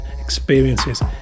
experiences